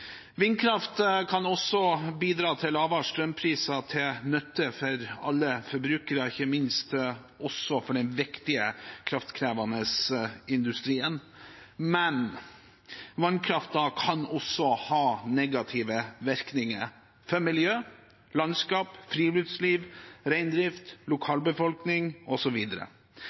Vindkraft kan også bidra til lavere strømpriser, til nytte for alle forbrukere, ikke minst også for den viktige kraftkrevende industrien. Men vindkraften kan også ha negative virkninger for miljø, landskap, friluftsliv, reindrift, lokalbefolkning